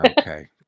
Okay